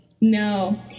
No